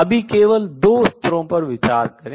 अभी केवल दो स्तरों पर विचार करें